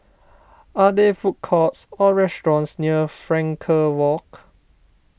are there food courts or restaurants near Frankel Walk